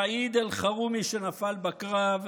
סעיד אלחרומי, שנפל בקרב,